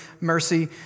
mercy